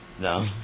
No